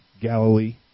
Galilee